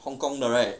hong kong 的 right